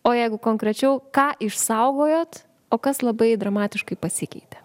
o jeigu konkrečiau ką išsaugojot o kas labai dramatiškai pasikeitė